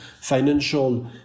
financial